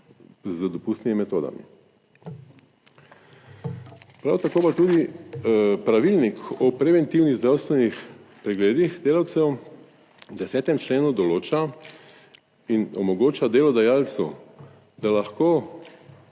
z dopustnimi metodami. Prav tako pa tudi pravilnik o preventivnih zdravstvenih pregledih delavcev v 10. členu določa in omogoča delodajalcu, da lahko